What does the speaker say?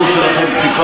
חברי הכנסת,